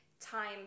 time